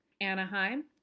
Anaheim